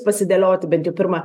pasidėlioti bent jau pirmą